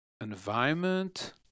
environment